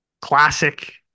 classic